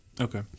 Okay